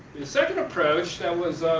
the second approach that was